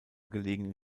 gelegenen